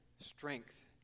strength